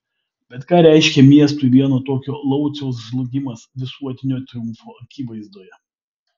bet ką reiškė miestui vieno tokio lauciaus žlugimas visuotinio triumfo akivaizdoje